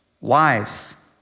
Wives